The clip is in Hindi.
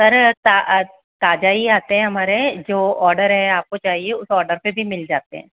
सर ताज़ा ही आते हैं हमारे जो ऑर्डर है आपको चाहिए उस ऑर्डर पर भी मिल जाते हैं